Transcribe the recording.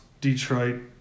Detroit